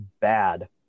bad